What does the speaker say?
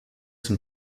son